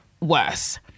worse